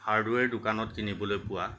hardware দোকানত কিনিবলৈ পোৱা